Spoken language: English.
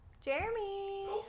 jeremy